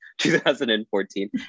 2014